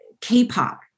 K-pop